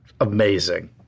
Amazing